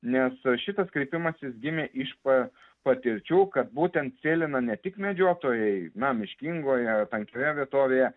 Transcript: nes šitas kreipimasis gimė iš pa patirčių kad būtent sėlina ne tik medžiotojai na miškingoje tankioje vietovėje